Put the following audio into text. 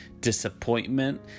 Disappointment